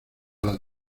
las